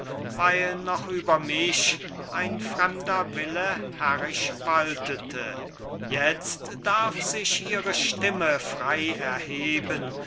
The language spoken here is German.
weil noch über mich ein fremder wille herrisch waltete jetzt darf sich ihre stimme frei erheben